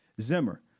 Zimmer